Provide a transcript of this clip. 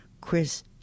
Chris